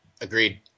Agreed